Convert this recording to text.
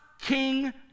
king